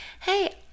hey